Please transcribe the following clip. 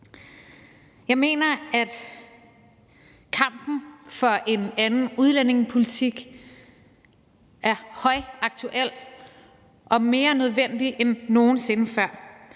Jeg mener, at kampen for en anden udlændingepolitik er højaktuel og mere nødvendig end nogen sinde før.